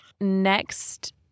next